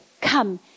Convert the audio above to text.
Come